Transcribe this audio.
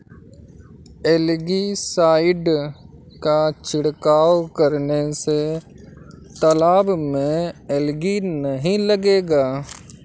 algae side का छिड़काव करने से तालाब में एलगी नहीं लगेगा